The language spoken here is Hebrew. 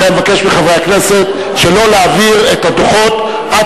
לכן אני מבקש מחברי הכנסת שלא להעביר את הדוחות עד